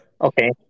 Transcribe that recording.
Okay